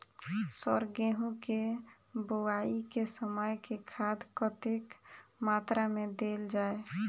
Sir गेंहूँ केँ बोवाई केँ समय केँ खाद कतेक मात्रा मे देल जाएँ?